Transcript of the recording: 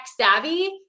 savvy